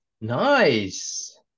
nice